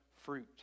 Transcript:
fruit